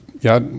ja